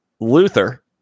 Luther